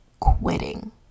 quitting